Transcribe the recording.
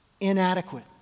inadequate